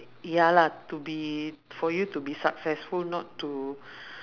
ya lah to be for you to be successful not to